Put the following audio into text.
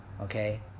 Okay